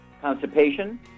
constipation